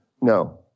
No